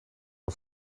een